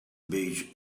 beige